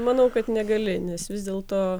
manau kad negali nes vis dėlto